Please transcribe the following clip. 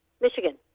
Michigan